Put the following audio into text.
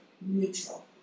neutral